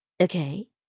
okay